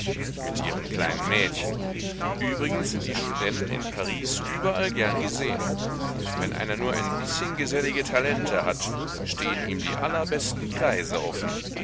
mit ihren kleinen mädchen übrigens sind die studenten in paris überall gern gesehen wenn einer nur ein bißchen gesellige talente hat stehen ihm die allerbesten kreise offen